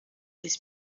his